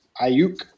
Ayuk